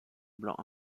blanc